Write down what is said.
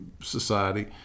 society